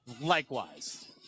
Likewise